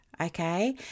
okay